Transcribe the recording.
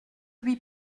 lui